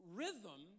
rhythm